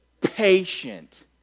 patient